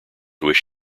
wish